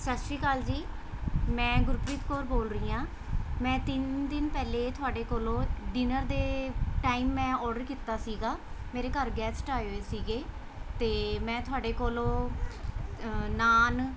ਸਤਿ ਸ਼੍ਰੀ ਅਕਾਲ ਜੀ ਮੈਂ ਗੁਰਪ੍ਰੀਤ ਕੌਰ ਬੋਲ ਰਹੀ ਹਾਂ ਮੈਂ ਤਿੰਨ ਦਿਨ ਪਹਿਲੇ ਤੁਹਾਡੇ ਕੋਲੋਂ ਡਿਨਰ ਦੇ ਟਾਈਮ ਮੈਂ ਔਡਰ ਕੀਤਾ ਸੀਗਾ ਮੇਰੇ ਘਰ ਗੈਸਟ ਆਏ ਹੋਏ ਸੀਗੇ ਅਤੇ ਮੈਂ ਤੁਹਾਡੇ ਕੋਲੋਂ ਨਾਨ